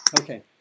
Okay